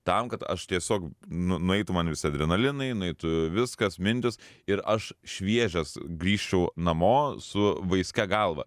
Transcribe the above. tam kad aš tiesiog nu nueitų man visai adrenalinai nueitų viskas mintys ir aš šviežias grįžčiau namo su vaiskia galva